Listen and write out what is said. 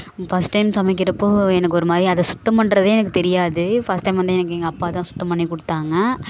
first time சமைக்கிறப் போது எனக்கு ஒரு மாதிரி அது சுத்தம் பண்ணுறதே எனக்கு தெரியாது ஃபஸ்ட் டைம் வந்து எனக்கு எங்கள் அப்பா தான் சுத்தம் பண்ணி கொடுத்தாங்க